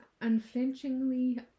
unflinchingly